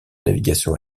navigation